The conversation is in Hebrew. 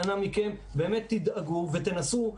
אנא מכם באמת תדאגו ותנסו,